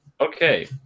Okay